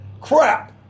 Crap